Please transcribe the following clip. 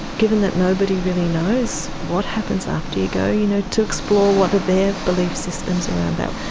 given that nobody really knows what happens after you go, you know to explore what are their belief systems around that,